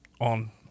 On